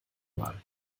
mal